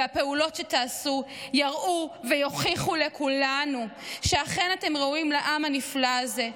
והפעולות שתעשו יראו ויוכיחו לכולנו שאכן אתם ראויים לעם הנפלא הזה,